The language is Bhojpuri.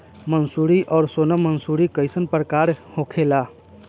मंसूरी और सोनम मंसूरी कैसन प्रकार होखे ला?